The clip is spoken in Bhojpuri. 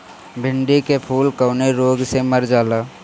भिन्डी के फूल कौने रोग से मर जाला?